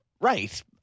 Right